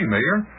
Mayor